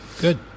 Good